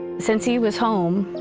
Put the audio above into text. since he was home,